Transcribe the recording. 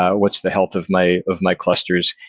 ah what's the health of my of my clusters?